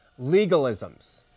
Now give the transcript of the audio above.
Legalisms